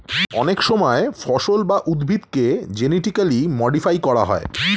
অনেক সময় ফসল বা উদ্ভিদকে জেনেটিক্যালি মডিফাই করা হয়